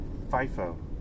FIFO